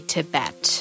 Tibet